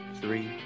three